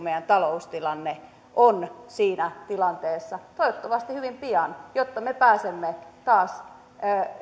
meidän taloustilanteemme on siinä tilanteessa toivottavasti hyvin pian jolloin me pääsemme taas